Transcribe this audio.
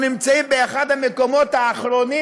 אנחנו נמצאים באחד המקומות האחרונים